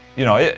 you know,